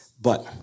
but-